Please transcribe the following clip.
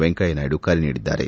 ವೆಂಕಯ್ನ ನಾಯ್ನು ಕರೆ ನೀಡಿದ್ದಾರೆ